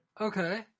Okay